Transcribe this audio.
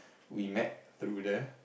we met through there